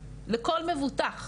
לכל מבוטח,